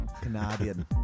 Canadian